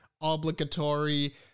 obligatory